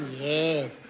Yes